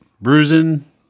bruising